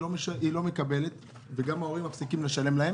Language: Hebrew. היא לא מקבלת וגם ההורים מפסיקים לשלם לה.